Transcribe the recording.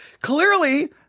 clearly